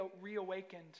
reawakened